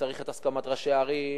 וצריך את הסכמת ראשי הערים,